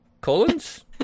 Colons